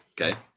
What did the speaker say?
Okay